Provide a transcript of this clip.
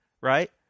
right